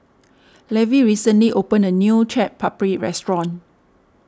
Levy recently opened a new Chaat Papri restaurant